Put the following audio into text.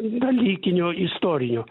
dalykinio istorijų